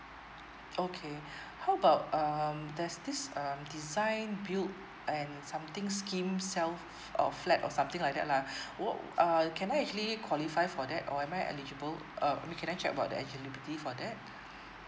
okay how about um there's this um design build and something scheme sale of flat or something like that lah what uh can I actually qualify for that or am I eligible uh can I check about the eligibility for that